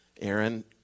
Aaron